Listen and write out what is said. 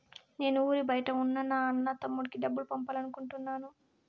నేను ఊరి బయట ఉన్న నా అన్న, తమ్ముడికి డబ్బులు పంపాలి అనుకుంటున్నాను